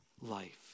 life